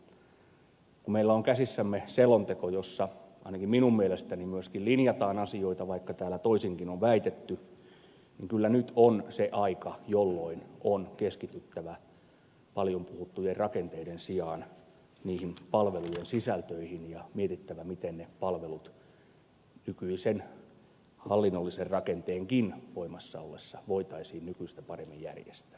kun meillä on käsissämme selonteko jossa ainakin minun mielestäni myöskin linjataan asioita vaikka täällä toisinkin on väitetty niin kyllä nyt on se aika jolloin on keskityttävä paljon puhuttujen rakenteiden sijaan palvelujen sisältöihin ja mietittävä miten ne palvelut nykyisen hallinnollisen rakenteenkin voimassa ollessa voitaisiin nykyistä paremmin järjestää